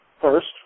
first